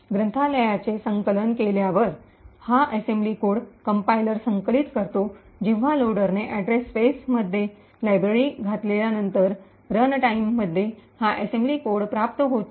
ग्रंथालयाचे संकलन केल्यावर हा असेंब्ली कोड कंपायलर संकलित करतो जेव्हा लोडरने अॅड्रेस स्पेसमध्ये लायब्ररी घातल्यानंतर रनटाइममध्ये हा असेंब्ली कोड प्राप्त होतो